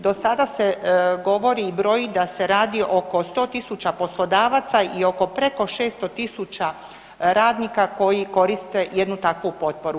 Do sada se govori i broji da se radi oko 100.000 poslodavaca i oko preko 600.000 radnika koji koriste jednu takvu potporu.